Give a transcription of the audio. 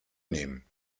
nehmen